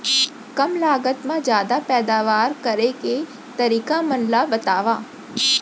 कम लागत मा जादा पैदावार करे के तरीका मन ला बतावव?